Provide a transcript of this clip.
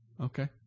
Okay